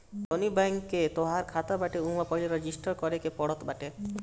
जवनी बैंक कअ तोहार खाता बाटे उहवा पहिले रजिस्टर करे के पड़त बाटे